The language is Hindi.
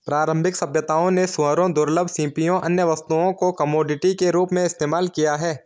प्रारंभिक सभ्यताओं ने सूअरों, दुर्लभ सीपियों, अन्य वस्तुओं को कमोडिटी के रूप में इस्तेमाल किया